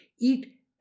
Eat